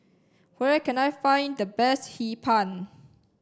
where can I find the best hee pan